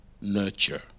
nurture